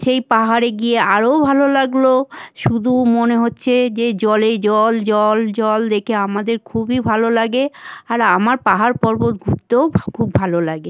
সেই পাহাড়ে গিয়ে আরো ভালো লাগল শুধু মনে হচ্ছে যে জলে জল জল জল দেখে আমাদের খুবই ভালো লাগে আর আমার পাহাড় পর্বত ঘুরতেও খুব ভালো লাগে